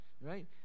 right